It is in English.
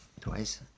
Twice